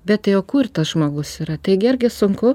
bet tai o kur tas žmogus yra taigi argi sunku